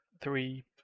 Three